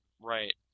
Right